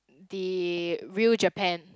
the real Japan